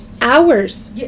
hours